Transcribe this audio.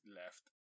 left